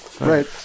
Right